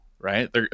right